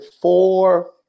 four